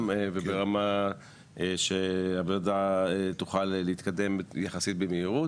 וברמה שהוועדה תוכל להתקדם יחסית במהירות.